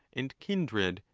and kindred,